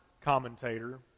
commentator